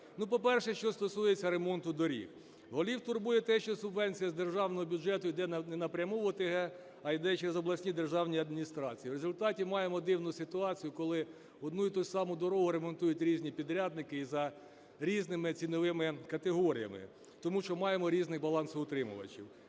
по-перше, що стосується ремонту доріг. Голів турбує те, що субвенція з державного бюджету йде не напряму в ОТГ, а йде через обласні державні адміністрації. В результаті маємо дивну ситуацію, коли одну і ту саму дорогу ремонтують різні підрядники за різними ціновими категоріями, тому що маємо різнихбалансоутримувачів.